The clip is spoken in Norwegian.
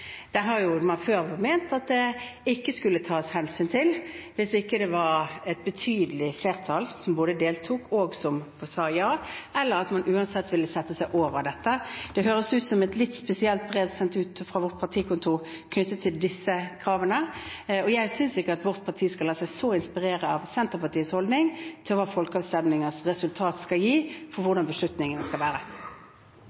har man jo før ment at de ikke skulle tas hensyn til, hvis det ikke var et betydelig flertall som både deltok og sa ja, og at man uansett ville sette seg over dette. Dette høres ut som et litt spesielt brev som er sendt ut fra vårt partikontor, knyttet til disse kravene. Jeg synes ikke at vårt parti skal la seg inspirere så sterkt av Senterpartiets holdning til hva resultatet av folkeavstemninger skal bety for hvordan beslutningen skal være.